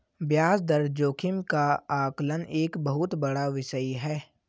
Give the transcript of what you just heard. ब्याज दर जोखिम का आकलन एक बहुत बड़ा विषय है